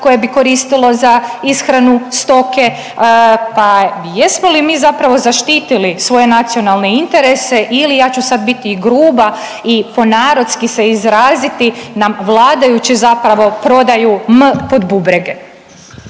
koje bi koristilo za ishranu stoke pa, jesmo li mi zapravo zaštitili svoje nacionalne interese ili, ja ću sad biti i grupa i po narodski se izraditi, nam vladajući zapravo prodaju m pod bubrege.